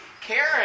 Karen